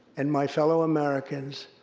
and, my fellow americans,